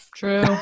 true